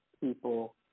people